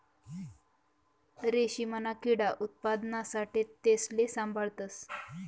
रेशीमना किडा उत्पादना साठे तेसले साभाळतस